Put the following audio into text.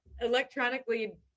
electronically